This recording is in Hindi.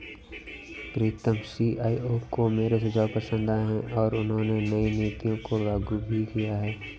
प्रीतम सी.ई.ओ को मेरे सुझाव पसंद आए हैं और उन्होंने नई नीतियों को लागू भी किया हैं